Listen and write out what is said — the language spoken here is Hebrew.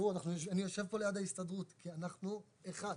אני יושב כאן ליד ההסתדרות כי אנחנו אחד.